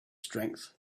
strength